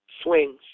swings